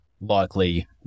likely